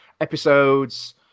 episodes